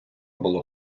було